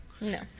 No